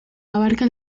abarca